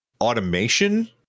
automation